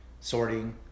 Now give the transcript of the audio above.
sorting